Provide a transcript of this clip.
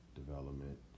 development